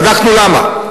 בדקנו למה.